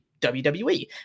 WWE